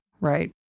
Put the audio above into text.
Right